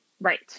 right